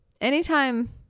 anytime